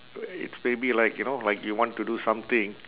uh it's maybe like you know like you want to do something